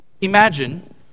Imagine